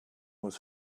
was